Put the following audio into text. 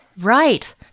Right